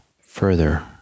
further